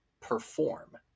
perform